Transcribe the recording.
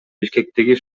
бишкектеги